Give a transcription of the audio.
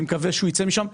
אני מקווה שהוא יצא משם.